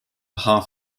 half